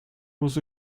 was